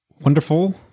Wonderful